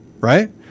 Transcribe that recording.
right